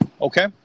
Okay